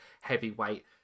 Heavyweight